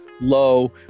low